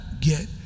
get